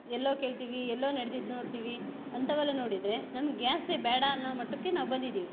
ಎಲ್ಲೊ ಕೇಳ್ತೀವಿ ಎಲ್ಲೊ ನೆಡ್ದಿದ್ದು ನೋಡ್ತೀವಿ ಅಂಥವೆಲ್ಲ ನೋಡಿದರೆ ನಮ್ಗೆ ಗ್ಯಾಸೆ ಬೇಡ ಅನ್ನೊ ಮಟ್ಟಕ್ಕೆ ನಾವು ಬಂದಿದ್ದೀವಿ